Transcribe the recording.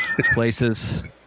Places